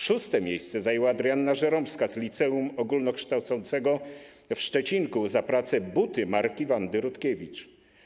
Szóste miejsce zajęła Adrianna Żeromska z Liceum Ogólnokształcącego w Szczecinku za pracę pt. ˝Buty marki Wanda Rutkiewicz˝